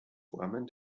formen